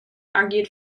argued